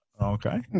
Okay